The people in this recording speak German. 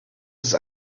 ist